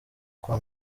kwa